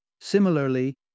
Similarly